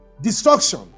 destruction